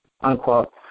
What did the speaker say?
unquote